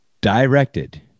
directed